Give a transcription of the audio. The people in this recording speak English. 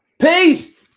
Peace